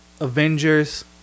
Avengers